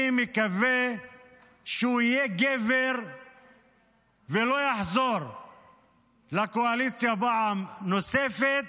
אני מקווה שהוא יהיה גבר ולא יחזור לקואליציה פעם נוספת,